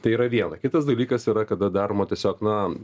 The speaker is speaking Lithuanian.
tai yra viena kitas dalykas yra kada daroma tiesiog na